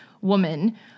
woman